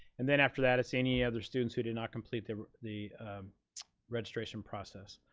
and then after that, it's any other students who do not complete the the registration process.